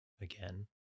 again